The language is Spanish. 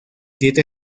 dieta